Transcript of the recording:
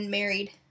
married